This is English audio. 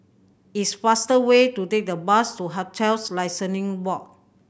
it's faster way to take the bus to Hotels Licensing Board